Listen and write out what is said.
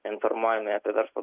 informuojami apie verslo